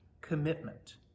commitment